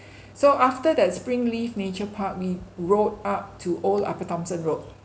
so after that springleaf nature park we rode up to old upper thomson road